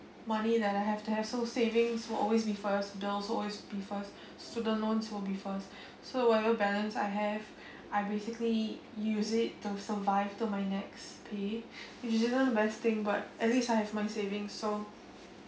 money that I have to have so savings will always be first bills will always be first student loans will be first so whatever balance I have I basically use it to survive till my next pay which isn't the best thing but at least I have my savings so